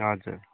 हजुर